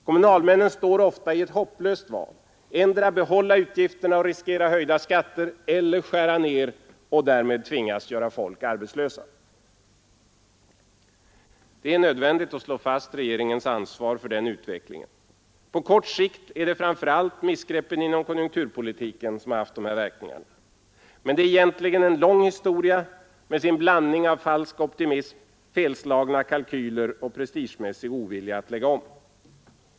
Kommunalmännen står ofta i ett hopplöst val: endera behålla utgifterna och riskera höjda skatter eller skära ner och därmed tvingas göra folk arbetslösa. Det är nödvändigt att slå fast regeringens ansvar för den utvecklingen. På kort sikt är det framför allt missgreppen inom konjunkturpolitiken som har haft de här verkningarna. Men det är egentligen en lång historia med sin blandning av falsk optimism, felslagna kalkyler och prestigemässig ovilja att lägga om.